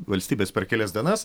valstybes per kelias dienas